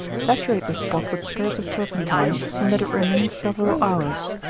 saturate the spot with spirits of turpentine, and let it remain several hours,